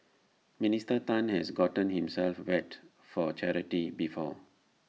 Minister Tan has gotten himself wet for charity before